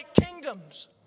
kingdoms